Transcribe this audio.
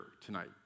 tonight